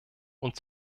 und